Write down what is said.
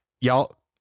y'all